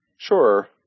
Sure